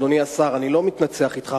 אדוני השר: אני לא מתנצח אתך,